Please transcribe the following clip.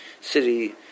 city